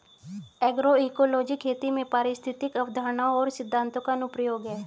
agroecology खेती में पारिस्थितिक अवधारणाओं और सिद्धांतों का अनुप्रयोग है